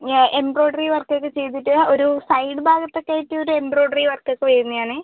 ഞാൻ എംബ്രോയിഡറി വർക്കൊക്കെ ചെയ്തിട്ട് ഒരു സൈഡ് ഭാഗത്തൊക്കെയായിട്ടൊരു എംബ്രോയിഡറി വർക്കൊക്കെ വരുന്നത് ആണ്